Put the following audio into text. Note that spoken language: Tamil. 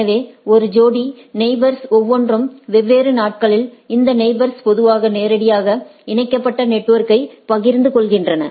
எனவே ஒரு ஜோடி நெயிபோர்ஸ் ஒவ்வொன்றும் வெவ்வேறு நாட்களில் இந்த நெயிபோர்ஸ்களை பொதுவாக நேரடியாக இணைக்கப்பட்ட நெட்வொர்க்கை பகிர்ந்து கொள்கின்றன